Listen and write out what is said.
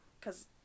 Cause